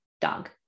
dog